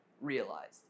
realized